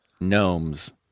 Gnomes